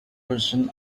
version